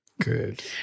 Good